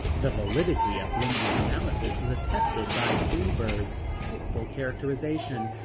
the validity of lindsay's analysis is attested by freeburg's helpful characterization,